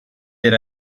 that